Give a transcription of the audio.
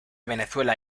venezuela